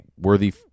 Worthy